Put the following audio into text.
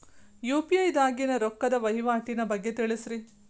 UPI ದಾಗಿನ ರೊಕ್ಕದ ವಹಿವಾಟಿನ ಬಗ್ಗೆ ತಿಳಸ್ರಿ